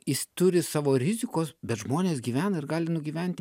jis turi savo rizikos bet žmonės gyvena ir gali nugyventi